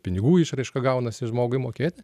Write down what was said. pinigų išraiška gaunasi žmogui mokėti